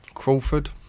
Crawford